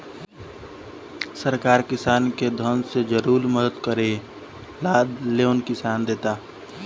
सरकार किसान के धन से जुरल मदद करे ला लोन देता